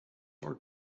our